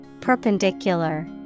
Perpendicular